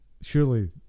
surely